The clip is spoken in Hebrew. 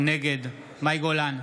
נגד מאי גולן,